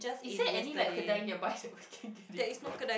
is there any like kedai nearby we can get it from